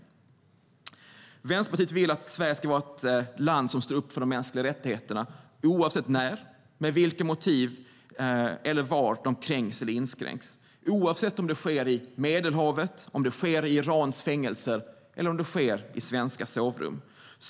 Vänsterpartiet vill att Sverige ska vara ett land som står upp för de mänskliga rättigheterna oavsett när, med vilka motiv eller var de kränks eller inskränks. Det ska gälla oavsett om det sker i Medelhavet, i Irans fängelser eller i svenska sovrum.